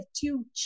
two